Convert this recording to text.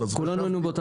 אז גם לא לבאר שבע